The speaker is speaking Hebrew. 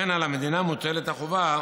על המדינה מוטלת החובה